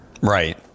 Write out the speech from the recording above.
Right